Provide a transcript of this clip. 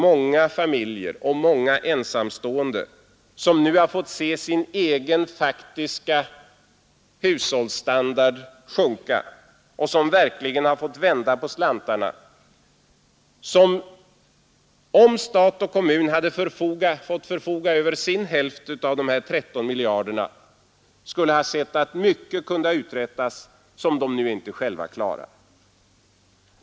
Många familjer och ensamstående har nu fått se sin egen faktiska hushållsstandard sjunka och har verkligen måst vända på slantarna. Om stat och kommun hade fått förfoga över sin hälft av de här 13 miljarderna skulle de ha sett att mycket kunde ha uträttats som de nu inte själva klarar.